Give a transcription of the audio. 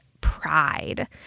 pride